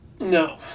No